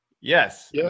Yes